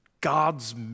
God's